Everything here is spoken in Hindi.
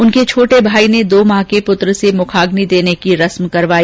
उनके छोटे भाई ने दो माह के पुत्र से मुखाग्नि देने की रस्म करवाई